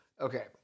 Okay